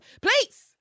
please